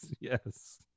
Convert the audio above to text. Yes